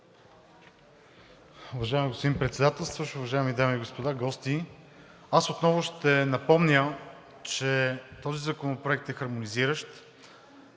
Уважаеми господин Председателстващ, уважаеми дами и господа, гости! Аз отново ще напомня, че този законопроект е хармонизиращ.